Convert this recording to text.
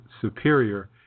superior